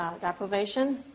deprivation